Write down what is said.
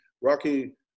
Rocky